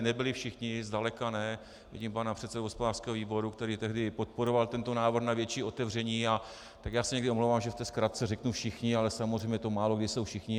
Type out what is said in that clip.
Nebyli všichni, zdaleka ne, vidím pana předsedu hospodářského výboru, který tehdy podporoval tento návrh na větší otevření, omlouvám se, že někdy ve zkratce řeknu všichni, ale samozřejmě to málokdy jsou všichni.